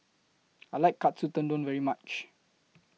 I like Katsu Tendon very much